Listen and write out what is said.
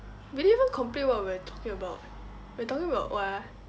we didn't even complete what we were talking about we're talking about what ah